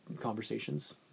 conversations